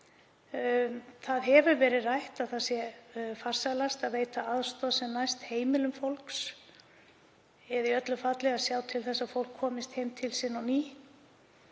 Það hefur verið rætt að farsælast sé að veita aðstoð sem næst heimilum fólks eða í öllu falli að sjá til þess að fólk komist heim til sín á ný.